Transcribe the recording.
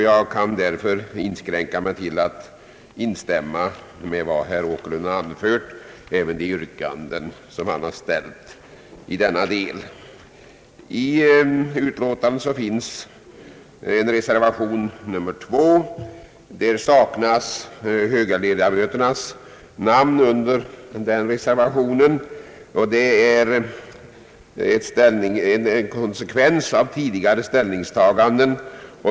Jag kan därför inskränka mig till att instämma med vad herr Åkerlund anfört. Under reservationen 2 till bankoutskottets utlåtande nr 43 saknas flera högerledamöters namn, vilket är en konsekvens av tidigare ställningstaganden.